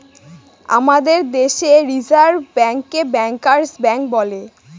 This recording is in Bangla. আমাদের দেশে রিসার্ভ ব্যাঙ্কে ব্যাঙ্কার্স ব্যাঙ্ক বলে